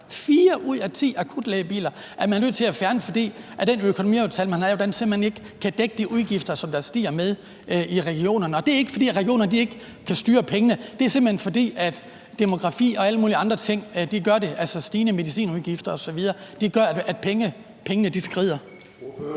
ud af ti akutlægebiler er man nødt til at fjerne, fordi den økonomiaftale, man har lavet, simpelt hen ikke kan dække de udgifter, som stiger i regionerne. Og det er ikke, fordi regionerne ikke kan styre pengene. Det er simpelt hen, fordi demografi og alle mulige andre ting bevirker det. Altså, stigende medicinudgifter osv. gør, at budgettet skrider.